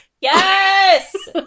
Yes